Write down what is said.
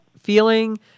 feeling